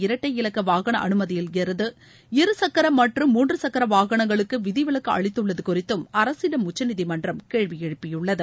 இரட்டை இலக்க வாகன அனுமதியிலிருந்து இருகக்கர மற்றும் மூன்று சக்கர வாகனங்களுக்கு விதிவிலக்கு அளித்துள்ளது குறித்தும் அரசிடம் உச்சநீதிமன்றம் கேள்வி எழுப்பியுள்ளது